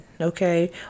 okay